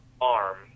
arm